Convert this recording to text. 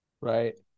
Right